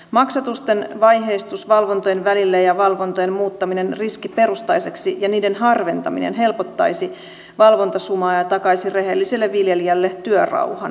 maksatusten vaiheistus valvontojen välillä ja valvontojen muuttaminen riskiperustaiseksi ja niiden harventaminen helpottaisi valvontasumaa ja takaisi rehelliselle viljelijälle työrauhan